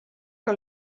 que